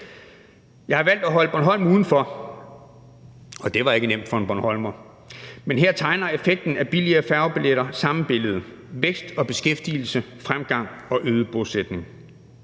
Jeg har valgt at holde Bornholm udenfor, og det var ikke nemt for en bornholmer, men her tegner effekten af billigere færgebilletter samme billede, vækst og beskæftigelse, fremgang og øget bosætning.